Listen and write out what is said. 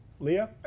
Leah